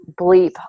bleep